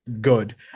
good